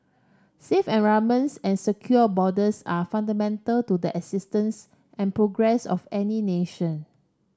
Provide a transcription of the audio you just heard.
safe environments and secure borders are fundamental to the existence and progress of any nation